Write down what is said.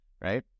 right